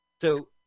So-